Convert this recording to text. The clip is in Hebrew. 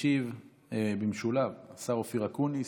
ישיב במשולב השר אופיר אקוניס.